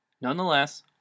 Nonetheless